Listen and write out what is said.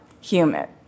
human